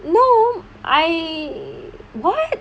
no I what